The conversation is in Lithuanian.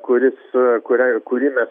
kuris kurią ir kurį mes